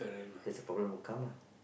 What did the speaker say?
that's a problem would come lah